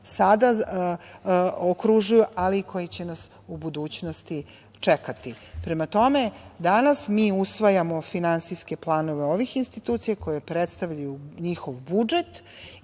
nas okružuju ali koji će nas u budućnosti čekati. Prema tome, danas mi usvajamo finansijske planove ovih institucija koje predstavljaju njihov budžet